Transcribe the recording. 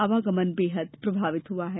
आवागमन बेहद प्रभावित हुआ है